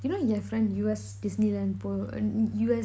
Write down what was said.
you know ஏன்:yean friend U_S Disneyland போ:po U_S